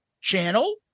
channel